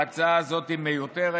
ההצעה הזאת מיותרת,